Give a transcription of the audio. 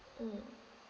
mm